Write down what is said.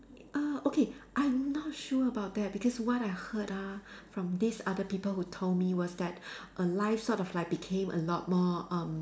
uh okay I'm not sure about that because what I heard ah from these other people who told me was that err life sort of became a lot more um